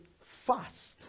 fast